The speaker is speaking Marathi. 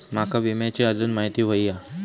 माका विम्याची आजून माहिती व्हयी हा?